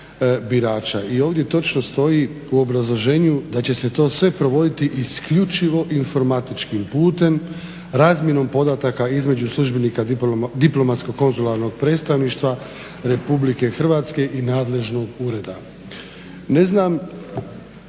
i ovdje točno stoji u obrazloženju da će se to sve provoditi isključivo informatičkim putem, razmjenom podataka između službenika diplomatskog konzularnog predstavništva RH i nadležnog ureda.